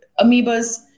amoebas